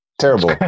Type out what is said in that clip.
Terrible